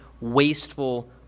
wasteful